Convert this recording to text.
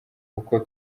uko